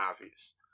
obvious